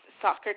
soccer